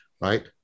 right